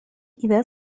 إذا